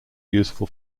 useful